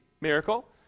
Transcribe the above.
Miracle